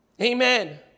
Amen